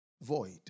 void